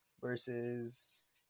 versus